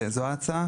זאת ההצעה?